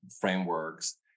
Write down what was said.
frameworks